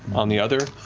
on the other.